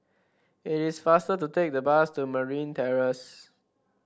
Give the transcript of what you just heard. it is faster to take the bus to Marine Terrace